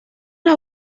las